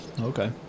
okay